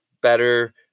better